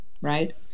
right